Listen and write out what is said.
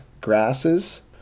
grasses